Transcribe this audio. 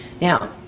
Now